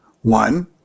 One